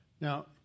Now